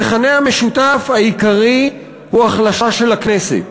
המכנה המשותף העיקרי הוא החלשה של הכנסת,